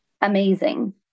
amazing